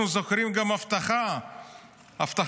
אנחנו זוכרים גם הבטחת בחירות,